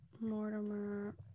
Mortimer